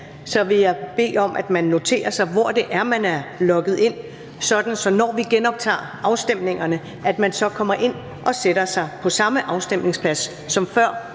vil jeg bede om, at man noterer sig, hvor det er, man er logget ind, sådan at man, når vi genoptager afstemningerne, kommer ind og sætter sig på samme afstemningsplads som nu